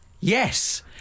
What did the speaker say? Yes